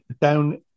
down